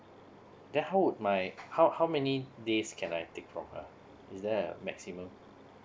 then how would my how how many days can I take from her is there uh maximum